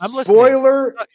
Spoiler